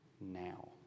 now